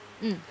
mm